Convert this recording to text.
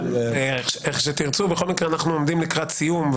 אנחנו עומדים לקראת סיום.